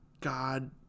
God